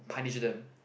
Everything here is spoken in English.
punish them